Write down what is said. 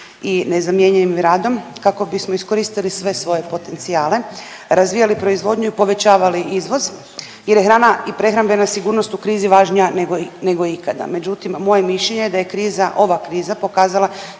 hrana i prehrambena sigurnost u krizi važnija nego ikada.